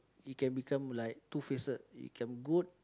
you can become like two facet you can good